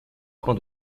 train